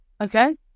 Okay